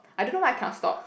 I don't know why I cannot stop